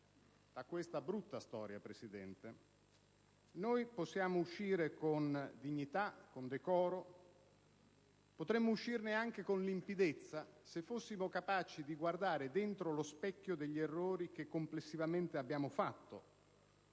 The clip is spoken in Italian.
da questa brutta storia, signor Presidente, possiamo uscire con dignità, decoro e potremmo uscirne anche con limpidezza se fossimo capaci di guardare dentro lo specchio degli errori che complessivamente abbiamo fatto.